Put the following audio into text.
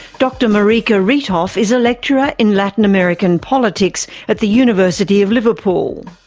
dr marieke riethof is a lecturer in latin american politics at the university of liverpool.